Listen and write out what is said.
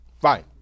Fine